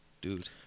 Dude